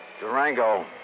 Durango